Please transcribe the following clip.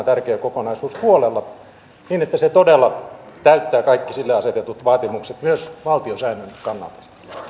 tärkeä kokonaisuus huolella niin että se todella täyttää kaikki sille asetetut vaatimukset myös valtiosäännön kannalta